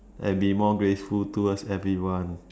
and be more graceful towards everyone